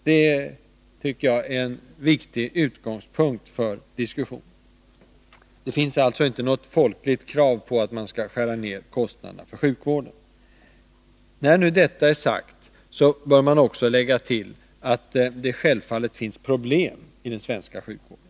Det tycker jag ären viktig utgångspunkt för diskussionen. Det finns alltså inte något folkligt krav på att man skall skära ner kostnaderna för sjukvården. När nu detta är sagt bör man lägga till att det självfallet finns problem inom den svenska sjukvården.